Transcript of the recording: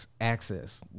access